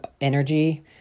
energy